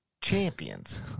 champions